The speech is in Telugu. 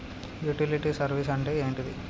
యుటిలిటీ సర్వీస్ అంటే ఏంటిది?